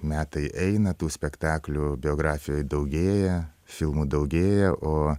metai eina tų spektaklių biografijoj daugėja filmų daugėja o